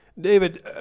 David